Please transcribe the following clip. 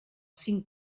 cinc